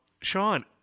Sean